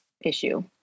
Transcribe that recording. issue